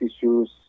issues